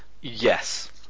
yes